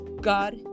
God